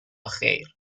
خیر